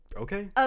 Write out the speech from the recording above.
okay